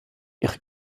ihre